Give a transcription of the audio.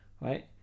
right